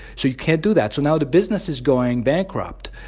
so you can't do that, so now the business is going bankrupt.